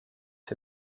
für